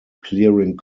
clearing